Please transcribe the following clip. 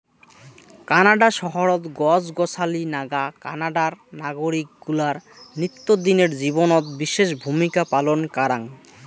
Canada শহরত গছ গছালি নাগা কানাডার নাগরিক গুলার নিত্যদিনের জীবনত বিশেষ ভূমিকা পালন কারাং